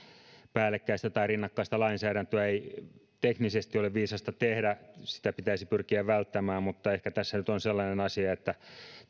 päällekkäistä tai rinnakkaista lainsäädäntöä ei teknisesti ole viisasta tehdä sitä pitäisi pyrkiä välttämään mutta ehkä tässä nyt on sellainen asia että